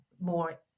more